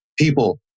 people